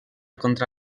contra